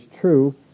true